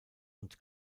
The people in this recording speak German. und